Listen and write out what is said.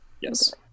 Yes